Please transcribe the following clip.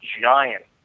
giant